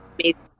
amazing